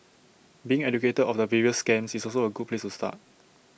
being educated of the various scams is also A good place to start